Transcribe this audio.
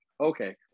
Okay